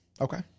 Okay